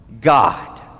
God